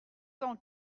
cent